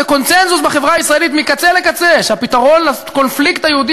קונסנזוס בחברה הישראלית מקצה לקצה שהפתרון לקונפליקט היהודי